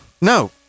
No